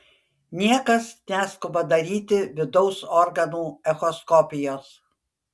niekas neskuba daryti vidaus organų echoskopijos